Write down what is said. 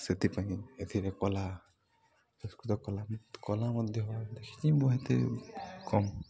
ସେଥିପାଇଁ ଏଥିରେ କଲା ସଂସ୍କୃତ କଳା କଳା ମଧ୍ୟ ଦେଖିଛି ମୁଁ ଏତେ କମ୍